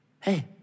hey